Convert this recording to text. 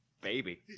Baby